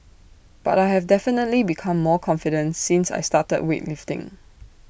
but I have definitely become more confident since I started weightlifting